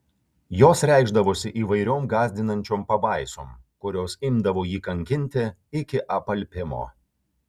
jos reikšdavosi įvairiom gąsdinančiom pabaisom kurios imdavo jį kankinti iki apalpimo